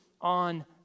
on